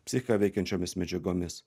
psichiką veikiančiomis medžiagomis